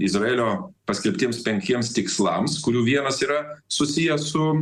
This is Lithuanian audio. izraelio paskelbtiems penkiems tikslams kurių vienas yra susijęs su